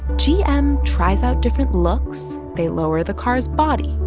gm tries out different looks. they lower the car's body.